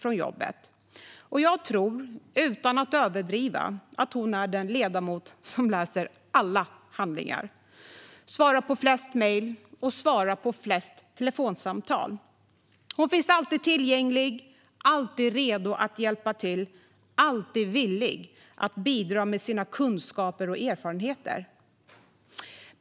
Utan att överdriva tror jag dessutom att hon är den ledamot som läser alla handlingar, svarar på flest mejl och tar flest telefonsamtal. Hon finns alltid tillgänglig, är alltid redo att hjälpa till och är alltid villig att bidra med sina kunskaper och erfarenheter.